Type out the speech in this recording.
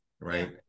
right